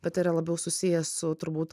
bet yra labiau susiję su turbūt